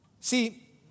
See